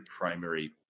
primary